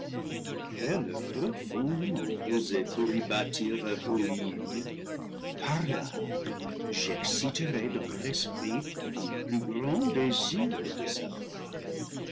posé pour y bâtir leur ruine par là j'exciterai dans leur esprit un plus grand désir de savoir